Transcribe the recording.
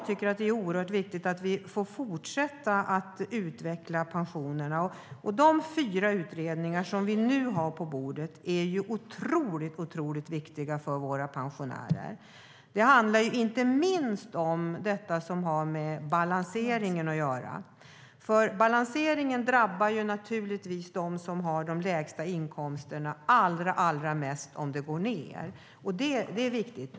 Det är viktigt att vi får fortsätta utveckla pensionerna. De fyra utredningar som vi nu har på bordet är mycket viktiga för våra pensionärer. Det handlar inte minst om detta med balanseringen. Balanseringen drabbar naturligtvis dem med de lägsta inkomsterna allra mest om den går ned. Det är viktigt.